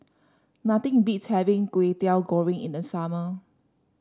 nothing beats having Kway Teow Goreng in the summer